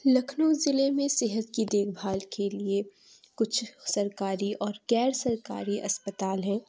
لکھنؤ ضلع میں صحت کی دیکھ بھال کے لیے کچھ سرکاری اور غیر سرکاری اسپتال ہیں